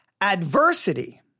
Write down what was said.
Adversity